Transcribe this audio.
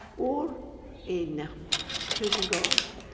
or in persian gulf,